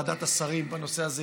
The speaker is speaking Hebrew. ועדת השרים בנושא הזה